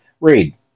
Read